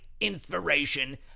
inspiration